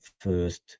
first